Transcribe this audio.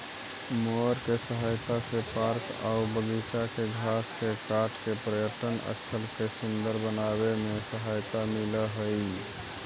mower के सहायता से पार्क आऊ बागिचा के घास के काट के पर्यटन स्थल के सुन्दर बनावे में सहायता मिलऽ हई